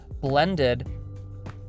blended